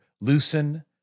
loosen